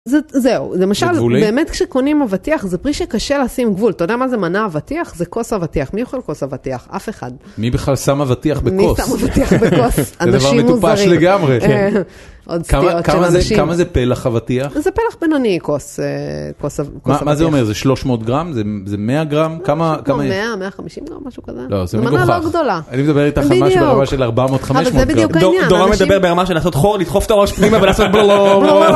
זהו, למשל באמת כשקונים אבטיח זה פרי שקשה לשים גבול, אתה יודע מה זה מנה אבטיח? זה כוס אבטיח, מי יכול כוס אבטיח? אף אחד. מי בכלל שם אבטיח בכוס? מי שם אבטיח בכוס? אנשים מוזרים. זה דבר מטופש לגמרי. עוד סטיות של אנשים. כמה זה פלח אבטיח? זה פלח בינוני, כוס אבטיח. מה זה אומר? זה 300 גרם? זה 100 גרם? כמה? 100, 150 גרם, משהו כזה. לא, זה מגוחך. זה מנה לא גדולה. אני מדבר איתך על משהו ברמה של 400-500 גרם. אבל זה בדיוק העניין. דורון מדבר ברמה של לעשות חור, לדחוף את הראש פנימה ולעשות בלללל...